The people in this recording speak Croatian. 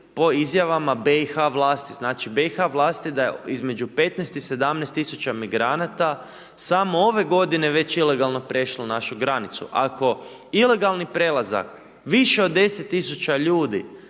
po izjavama BiH vlasti. Znači BiH vlasti između 15 i 17 000 migranata samo ove godine već ilegalno prešlo našu granicu. Ako ilegalni prelazak više od 10 000 ljudi